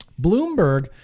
Bloomberg